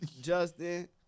Justin